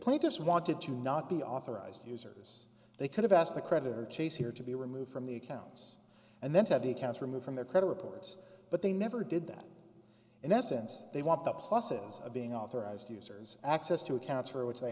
played just wanted to not be authorized users they could have asked the creditor chase here to be removed from the accounts and then to have the accounts removed from their credit reports but they never did that in essence they want the pluses of being authorized users access to accounts for which